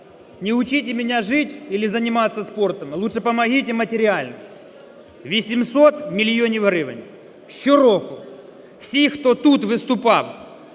"Не учите меня жить или заниматься спортом, а лучше помогите материально". 800 мільйонів гривень щороку, всі, хто тут виступав